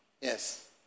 Yes